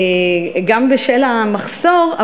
גם בשל המחסור,